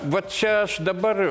va čia aš dabar